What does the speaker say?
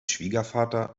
schwiegervater